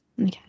Okay